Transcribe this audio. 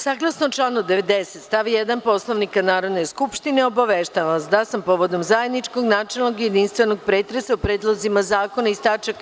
Saglasno članu 90. stav 1. Poslovnika Narodne skupštine, obaveštavam vas da sam, povodom zajedničkog načelnog i jedinstvenog pretresa o predlozima zakona iz tač.